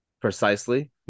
precisely